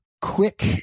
quick